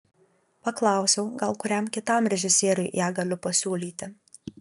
paklausiau gal kuriam kitam režisieriui ją galiu pasiūlyti